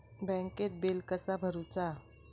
बँकेत बिल कसा भरुचा?